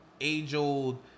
age-old